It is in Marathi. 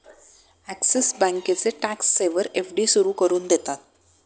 ॲक्सिस बँकेचे टॅक्स सेवर एफ.डी सुरू करून देतात